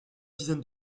dizaines